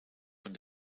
von